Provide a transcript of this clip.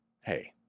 hey